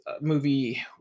movie